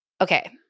okay